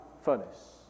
furnace